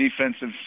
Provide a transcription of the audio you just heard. defensive